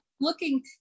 looking